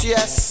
Yes